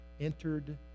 entered